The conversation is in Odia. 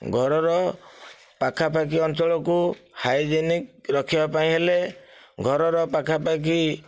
ଘରର ପାଖାପାଖି ଅଞ୍ଚଳକୁ ହାଇଜେନିକ ରଖିବା ପାଇଁ ହେଲେ ଘରର ପାଖାପାଖି